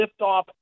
liftoff